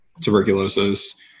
tuberculosis